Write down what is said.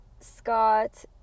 Scott